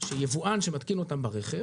שיבואן שמתקין אותן ברכב